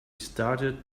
started